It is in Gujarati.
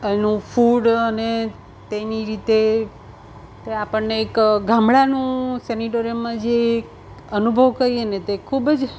એનું ફૂડ અને તેની રીતે તે આપણને એક ગામળાનું સેનિટોરિયમમાં જે અનુભવ કરીએ ને તે ખૂબ જ